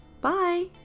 Bye